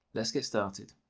let's get started.